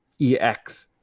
EX